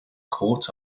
court